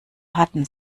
hatten